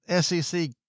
SEC